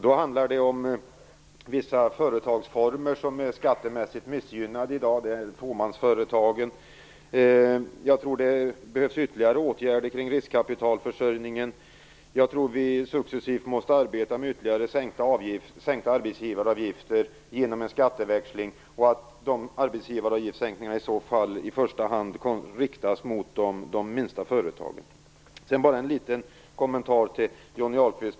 Det handlar om vissa företagsformer som är skattemässigt missgynnade i dag. Det är fåmansföretagen. Jag tror att det behövs ytterligare åtgärder kring riskkapitalförsörjningen. Jag tror att vi successivt måste sänka arbetsgivaravgifterna ytterligare genom en skatteväxling. De arbetsgivaravgiftssänkningarna måste i så fall i första hand riktas mot de minsta företagen. Jag har en liten kommentar till Johnny Ahlqvist.